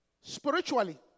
Spiritually